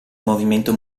movimento